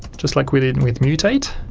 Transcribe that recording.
just like we did and with mutate